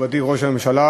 מכובדי ראש הממשלה,